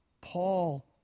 Paul